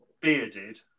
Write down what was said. bearded